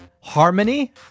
harmony